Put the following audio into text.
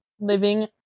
living